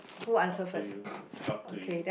up to you up to you